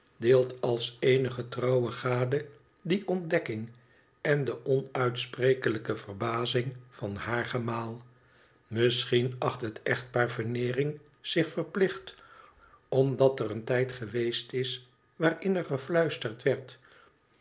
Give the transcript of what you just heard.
deelt als eene trouwe gade die ontdekking en de onuitsprekelijke verbazing van haar geir aal misschien acht het echtpaar veneering zich verplicht omdat er een tijd geweest is waarin er gefluisterd werd